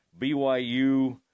BYU